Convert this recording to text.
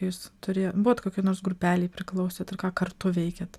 jūs turi būt kokioj nors grupelei priklausot ir ką kartu veikiat